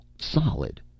Solid